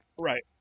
Right